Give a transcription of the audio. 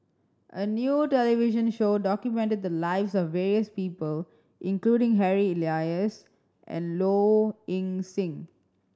a new television show documented the lives of various people including Harry Elias and Low Ing Sing